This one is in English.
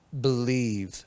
believe